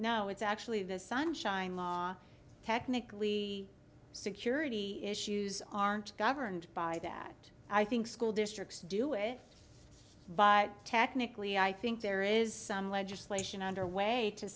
now it's actually the sunshine law technically security issues aren't governed by that i think school districts do it but technically i think there is some legislation underway to